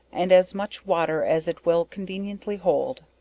and as much water as it will conveniently hold,